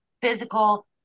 physical